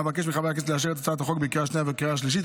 אבקש מחברי הכנסת לאשר את הצעת החוק בקריאה השנייה ובקריאה השלישית.